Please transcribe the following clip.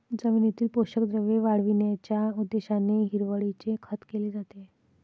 जमिनीतील पोषक द्रव्ये वाढविण्याच्या उद्देशाने हिरवळीचे खत केले जाते